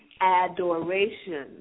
adoration